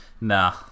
nah